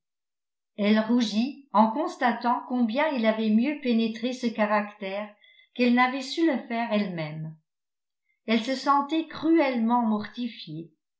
elle rougit en constatant combien il avait mieux pénétré ce caractère qu'elle n'avait su le faire elle-même elle se sentait cruellement mortifiée